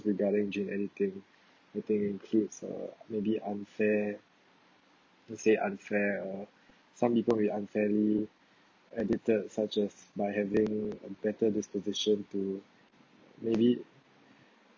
regarding gene editing I think includes uh may be unfair to say unfair or some people we unfairly edited such as by having a better disposition to maybe